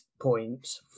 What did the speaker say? points